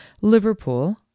Liverpool